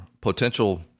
potential